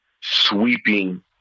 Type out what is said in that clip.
sweeping